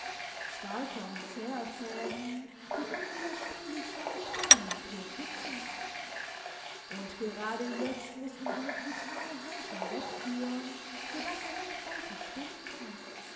starker und zäher fäden die unwiderstehlich seine spinnennatur kitzeln und gerade jetzt muß ihn eine brutale hand hinwegführen so daß er nicht weiter spinnen kann